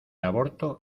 aborto